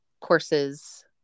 courses